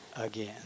again